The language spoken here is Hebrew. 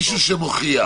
מישהו שמוכיח